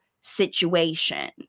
situation